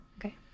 Okay